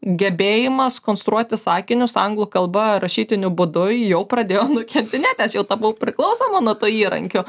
gebėjimas konstruoti sakinius anglų kalba rašytiniu būdu jau pradėjo nukentinėt nes jau tapau priklausoma nuo to įrankio